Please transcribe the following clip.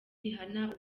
rihanna